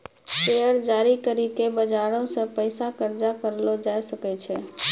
share जारी करि के बजारो से पैसा कर्जा करलो जाय सकै छै